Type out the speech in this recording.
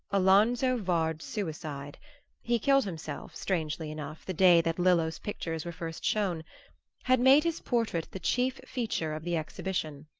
alonzo vard's suicide he killed himself, strangely enough, the day that lillo's pictures were first shown had made his portrait the chief feature of the exhibition.